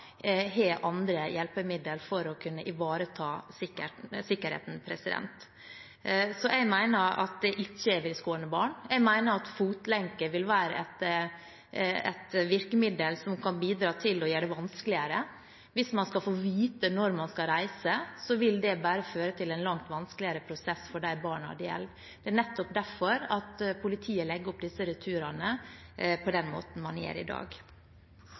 har andre hjelpemiddel for å kunne ivareta sikkerheten. Jeg mener at det ikke vil skåne barn. Jeg mener at fotlenke vil være et virkemiddel som kan bidra til å gjøre det vanskeligere. Hvis man skal få vite når man skal reise, vil det føre til en langt vanskeligere prosess for de barna det gjelder. Det er nettopp derfor politiet legger opp disse returene på den måten de gjør i dag.